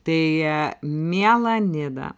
tai miela nida